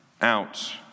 out